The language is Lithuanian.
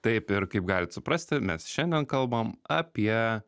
taip ir kaip galit suprasti mes šiandien kalbam apie